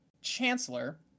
Chancellor